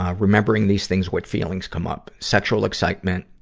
ah remembering these things, what feelings come up? sexual excitement,